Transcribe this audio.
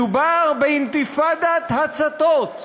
מדובר באינתיפאדת הצתות.